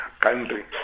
country